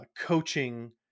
coaching